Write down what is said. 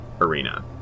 arena